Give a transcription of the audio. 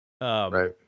right